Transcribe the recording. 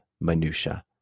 minutia